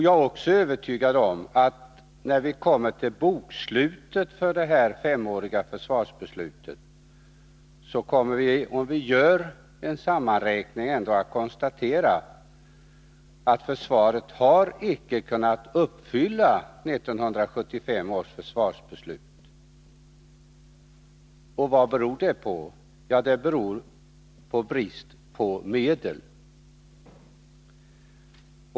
Jag är också övertygad om att när vi kommer till bokslutet för det här femåriga försvarsbeslutet kommer vi att konstatera att försvaret icke har kunnat uppfylla 1975 års försvarsbeslut. Och vad beror det på? Jo, det beror på brist på medel.